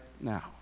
now